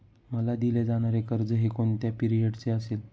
मला दिले जाणारे कर्ज हे कोणत्या पिरियडचे असेल?